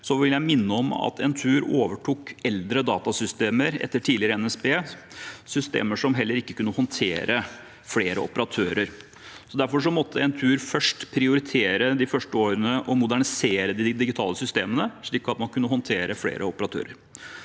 vil jeg minne om at Entur overtok eldre datasystemer etter tidligere NSB, systemer som heller ikke kunne håndtere flere operatører. Entur måtte derfor de første årene prioritere å modernisere de digitale systemene, slik at man kunne håndtere flere operatører.